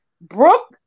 Brooke